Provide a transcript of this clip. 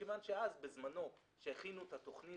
מכיוון שאז בזמנו כשהכינו את התוכנית,